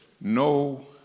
no